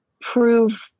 prove